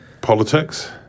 politics